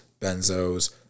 benzos